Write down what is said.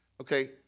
Okay